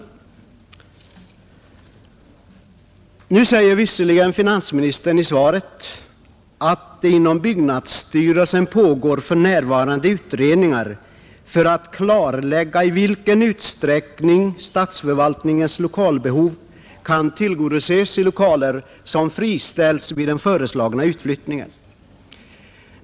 Nu säger visserligen finansministern i svaret att det inom byggnadsstyrelsen för närvarande pågår utredningar för att klarlägga i vilken utsträckning statsförvaltningens lokalbehov kan tillgodoses i lokaler som friställs vid den föreslagna utflyttningen.